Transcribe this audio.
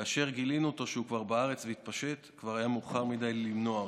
כאשר גילינו שהוא כבר בארץ והתפשט כבר היה מאוחר מדי למנוע אותו.